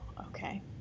Okay